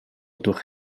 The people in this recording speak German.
durch